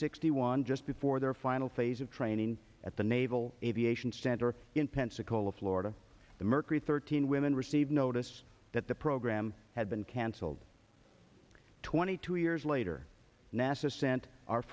sixty one just before their final phase of training at the naval aviation center in pensacola florida the mercury thirteen women received notice that the program had been cancelled twenty two years later nasa sent our